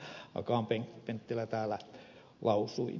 akaan penttilä täällä lausui